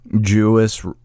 Jewish